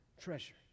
treasure